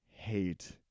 hate